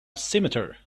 scimitar